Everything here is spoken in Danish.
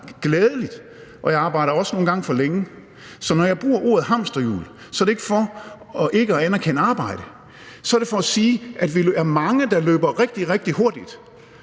glædeligt, og jeg arbejder også nogle gange for længe. Så når jeg bruger ordet hamsterhjul, er det ikke for ikke at anerkende arbejde, så er det for at sige, at vi er mange, der løber rigtig, rigtig hurtigt